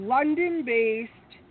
London-based